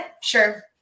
Sure